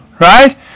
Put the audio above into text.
right